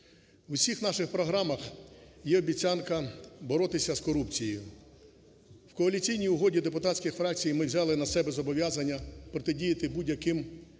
усіх наших програмах є обіцянка боротися з корупцією. В Коаліційній угоді депутатських фракцій ми взяли на себе зобов'язання протидіяти будь-яким